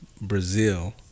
brazil